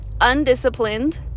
undisciplined